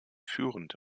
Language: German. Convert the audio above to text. führend